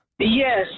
Yes